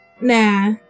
nah